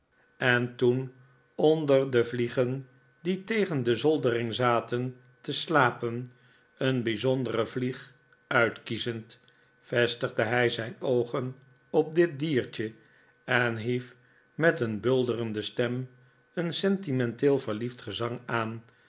en toen onder de vliegen die tegen de zoldering zaten te slapen een bijzondere vlieg uitkiezend vestigde hij zijn oogen op dit diertje en hief met een bulderende stem een sentimenteel verliefd gezang aan